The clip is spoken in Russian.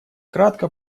кратко